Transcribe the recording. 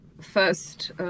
first